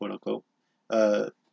quote-unquote